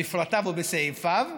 בפרטיו ובסעיפיו,